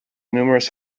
numerous